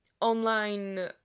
online